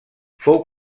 fou